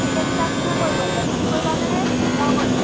টিকেটকেইটা কোনে কৰিব এতিয়া তুমি কৰিবা নে মই কৰিম